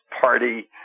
party